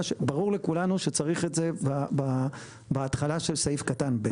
ברור לכולנו שצריך את זה בהתחלה של סעיף קטן (ב),